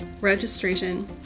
registration